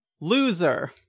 Loser